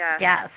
Yes